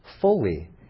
fully